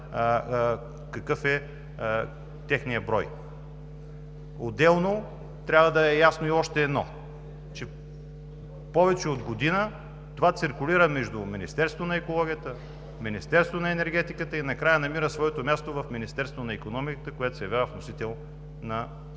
какъв е техният брой. Отделно, трябва да е ясно и още едно – повече от година това циркулира между Министерството на околната среда и водите, Министерството на енергетиката и накрая намира своето място в Министерството на икономиката, което се явява вносител на